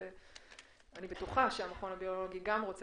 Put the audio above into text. אני בטוחה שגם המכון הביולוגי רוצה